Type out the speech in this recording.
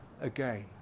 again